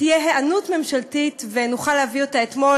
תהיה היענות ממשלתית ונוכל להביא אותה אתמול